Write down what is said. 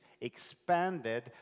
expanded